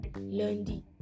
Lundi